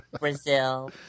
Brazil